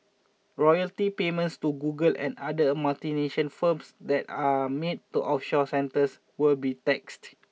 royalty payments to Google and other multinational firms that are made to offshore centres will be taxed